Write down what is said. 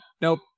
nope